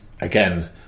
again